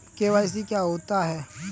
KYC क्या होता है?